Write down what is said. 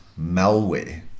malware